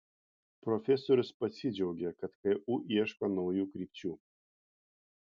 profesorius pasidžiaugė kad ku ieško naujų krypčių